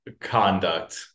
conduct